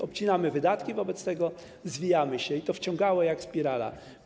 Obcinamy wydatki, wobec tego zwijamy się i to wciągało jak spirala.